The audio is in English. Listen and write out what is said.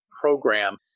program